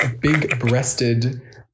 big-breasted